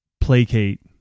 placate